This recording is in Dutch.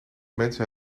mensen